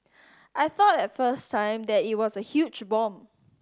I thought at first time that it was a huge bomb